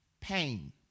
pain